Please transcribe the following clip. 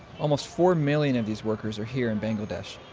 almost four million of these workers are here in bangladesh,